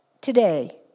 today